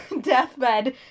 deathbed